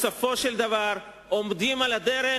בסופו של דבר עומדים על הדרך,